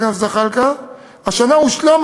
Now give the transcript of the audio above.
חבר הכנסת זחאלקה.